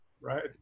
Right